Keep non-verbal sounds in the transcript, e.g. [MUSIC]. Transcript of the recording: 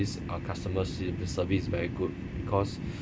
uh customer se~ service very good because [BREATH]